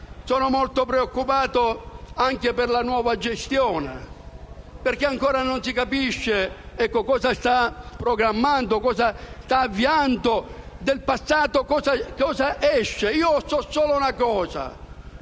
Sono molto preoccupato anche per la nuova gestione, perché ancora non si capisce cosa sta programmando e avviando. Dal passato cosa esce? So solo che sono